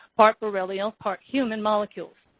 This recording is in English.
part borrelial, part human molecules.